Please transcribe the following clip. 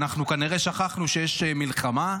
אנחנו כנראה שכחנו שיש מלחמה.